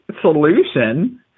solution